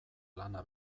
lana